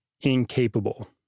incapable